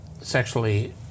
sexually